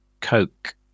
coke